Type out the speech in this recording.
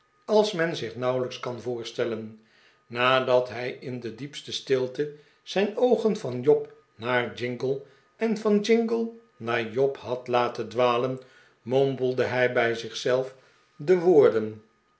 als men zich nauwelijks kan voorstellen nadat hij in de diepste stilte zijn oogen van job naar jingle en van jing le naar job had laten dwalen mompelde hij bij zich zelf de woorden